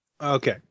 Okay